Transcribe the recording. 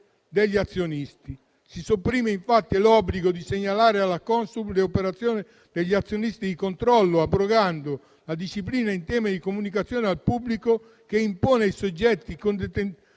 degli azionisti. Si sopprime infatti l'obbligo di segnalare alla Consob le operazioni degli azionisti di controllo, abrogando la disciplina in tema di comunicazione al pubblico che impone ai soggetti che